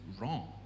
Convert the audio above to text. wrong